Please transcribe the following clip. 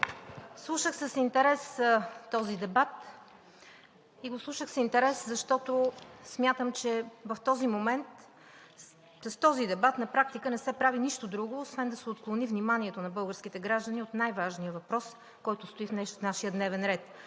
Слушах с интерес този дебат, защото смятам, че в този момент с този дебат на практика не се прави нищо друго освен да се отклони вниманието на българските граждани от най-важния въпрос, който стои в нашия дневен ред